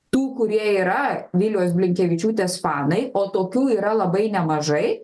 tų kurie yra vilijos blinkevičiūtės fanai o tokių yra labai nemažai